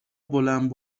بلند